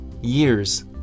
years